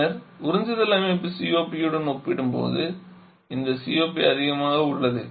பின்னர் உறிஞ்சல் அமைப்பு COP உடன் ஒப்பிடும்போது இந்த COP அதிகமாக உள்ளது